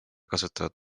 kasutavad